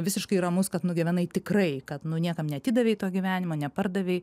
visiškai ramus kad nugyvenai tikrai kad niekam neatidavei to gyvenimo nepardavei